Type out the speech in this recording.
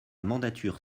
mandature